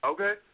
Okay